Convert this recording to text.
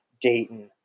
Dayton